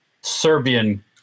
Serbian